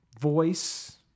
voice